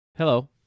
Hello